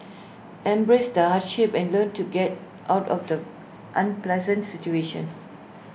embrace the hardship and learn to get out of the unpleasant situation